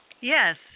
Yes